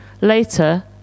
Later